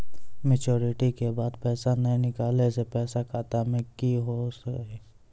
Maturity के बाद पैसा नए निकले से पैसा खाता मे की होव हाय?